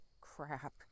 crap